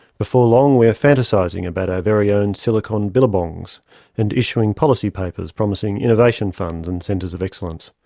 before long we are fantasising about our very own silicon billabongs and issuing policy papers promising innovation funds and centres of excellence.